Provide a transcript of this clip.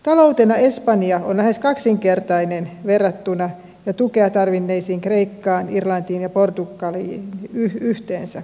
taloutena espanja on lähes kaksinkertainen verrattuna jo tukea tarvinneisiin kreikkaan irlantiin ja portugaliin yhteensä